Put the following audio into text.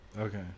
okay